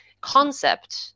concept